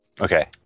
Okay